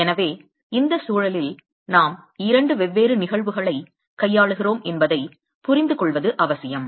எனவே இந்த சூழலில் நாம் இரண்டு வெவ்வேறு நிகழ்வுகளைக் கையாளுகிறோம் என்பதைப் புரிந்துகொள்வது அவசியம்